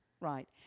right